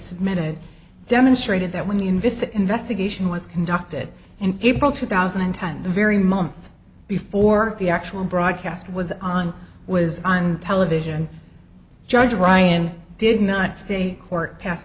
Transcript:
submitted demonstrated that when the envisage investigation was conducted and april two thousand and ten the very month before the actual broadcast was on was on television judge ryan did not state court